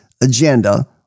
agenda